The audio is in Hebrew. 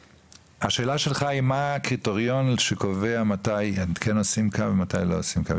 אז השאלה שלך היא מה הקריטריון שקובע מתי עושים קו ומתי לא עושים קו.